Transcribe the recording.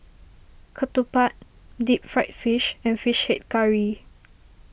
Ketupat Deep Fried Fish and Fish Head Curry